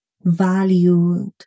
valued